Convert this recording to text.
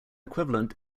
equivalent